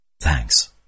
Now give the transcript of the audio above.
Thanks